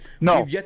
no